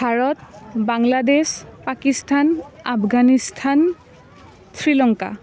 Bharat Bangladesh Pakistan Afghanistan Sri Lanka